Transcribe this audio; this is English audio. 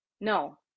No